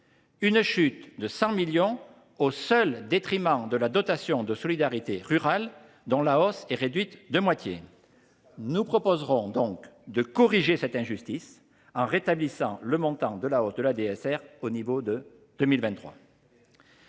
une chute de 100 millions d’euros au seul détriment de la dotation de solidarité rurale (DSR), dont la hausse est réduite de moitié. Inacceptable ! Nous proposerons donc de corriger cette injustice, en rétablissant le montant de la hausse de la DSR au niveau de 2023.